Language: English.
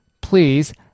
please